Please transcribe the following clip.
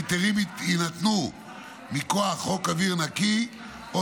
ההיתרים יינתנו מכוח חוק אוויר נקי או